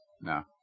No